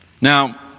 Now